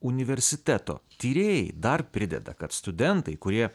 universiteto tyrėjai dar prideda kad studentai kurie